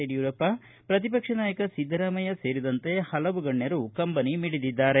ಯಡಿಯೂರಪ್ಪ ಪ್ರತಿಪಕ್ಷ ನಾಯಕ ಸಿದ್ದರಾಮಯ್ಯ ಸೇರಿದಂತೆ ಹಲವು ಗಣ್ಯರು ಕಂಬನಿ ಮಿಡಿದಿದ್ದಾರೆ